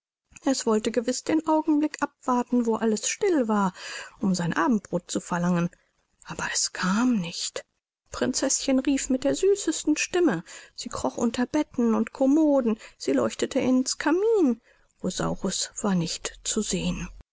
es wollte gewiß den augenblick abwarten wo alles still war um sein abendbrot zu verlangen aber es kam nicht prinzeßchen rief mit der süßesten stimme sie kroch unter betten und komoden sie leuchtete ins kamin rosaurus war nicht zu sehen